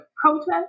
protest